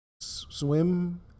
Swim